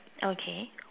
okay